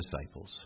disciples